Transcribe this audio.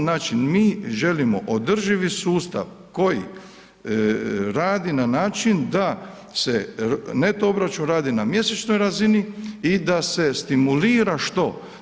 Znači mi želimo održivi sustav koji radi na način da se neto obračun radi na mjesečnoj razini i da se stimulira što?